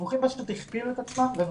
הדיווחים פשוט הכפילו את עצמם ואני